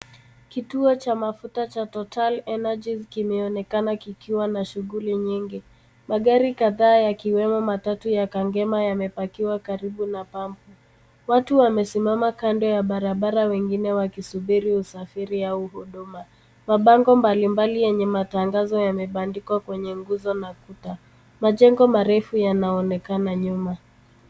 Kituo cha mafuta cha Total Energies kimeonekana kikiwa na shughuli nyingi. Magari kadhaa yakiwemo matatu ya kangema yamepakiwa karibu na pampu. Watu wamesimama kando ya barabara wengine wakisubiri usafiri au huduma. Mabango mbalimbali yenye matangazo yamebandkiwa kwenye nguzo na kuta. Majengo marefu yanaonekana nyuma.